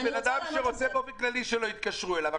זה בן אדם שרוצה באופן כללי שלא יתקשרו אליו.